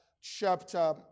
chapter